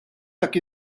dak